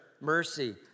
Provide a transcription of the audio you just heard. mercy